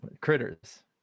Critters